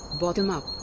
Bottom-up